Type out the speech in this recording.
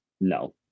no